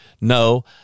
No